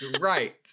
Right